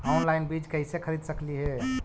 Online बीज कईसे खरीद सकली हे?